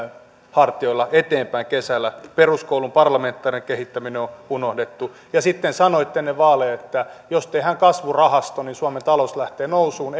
hartioilla eteenpäin kesällä peruskoulun parlamentaarinen kehittäminen on on unohdettu ja sitten sanoitte ennen vaaleja että jos tehdään kasvurahasto niin suomen talous lähtee nousuun